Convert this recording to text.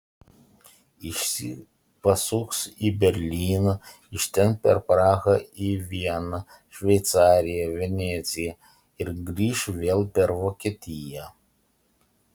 išsyk pasuks į berlyną iš ten per prahą į vieną šveicariją veneciją ir grįš vėl per vokietiją